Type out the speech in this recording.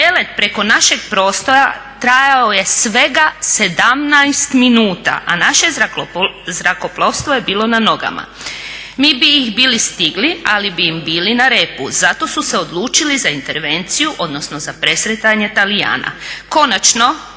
Prelet preko našeg prostora trajao je svega 17 minuta, a naše zrakoplovstvo je bilo na nogama. Mi bi ih bili stigli ali bi im bili na repu, zato su se odlučili za intervenciju, odnosno za presretanja Talijana. Konačno,